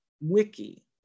Wiki